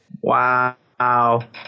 Wow